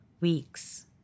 weeks